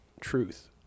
truth